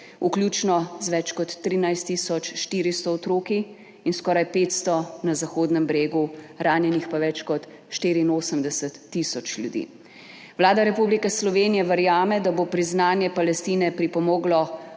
vključno z več kot 13 tisoč 400 otroki in skoraj 500 na Zahodnem bregu, ranjenih pa več kot 84 tisoč ljudi. Vlada Republike Slovenije verjame, da bo priznanje Palestine pripomoglo